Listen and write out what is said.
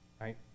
Right